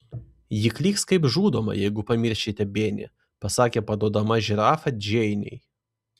ji klyks kaip žudoma jeigu pamiršite benį pasakė paduodama žirafą džeinei